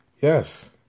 Yes